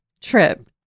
trip